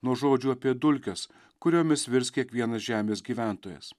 nuo žodžių apie dulkes kuriomis virs kiekvienas žemės gyventojas